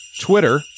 Twitter